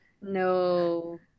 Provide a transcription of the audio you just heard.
No